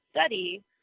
study